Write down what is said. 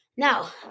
Now